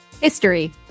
History